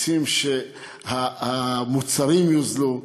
רוצים שהמוצרים יוזלו,